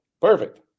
Perfect